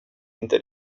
inte